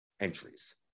entries